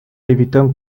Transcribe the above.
evităm